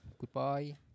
Goodbye